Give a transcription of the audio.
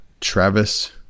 Travis